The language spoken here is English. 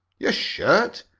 your shirt?